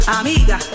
amiga